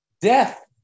death